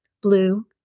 blue